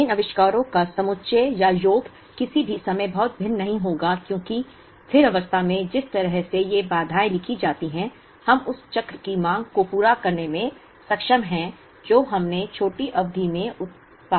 इन आविष्कारों का समुच्चय या योग किसी भी समय बहुत भिन्न नहीं होगा क्योंकि स्थिर अवस्था में जिस तरह से ये बाधाएँ लिखी जाती हैं हम उस चक्र की माँग को पूरा करने में सक्षम हैं जो हमने छोटी अवधि में उत्पादित की थी